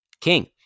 King